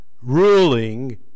ruling